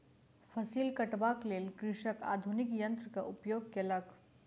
फसिल कटबाक लेल कृषक आधुनिक यन्त्रक उपयोग केलक